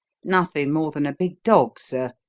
nothing more'n a big dog, sir.